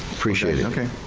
appreciate it,